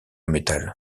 metal